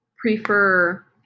prefer